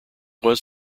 was